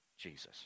Jesus